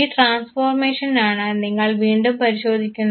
ഈ ട്രാൻസ്ഫോർമേഷനാണ് നിങ്ങൾ വീണ്ടും പരിശോധിക്കുന്നത്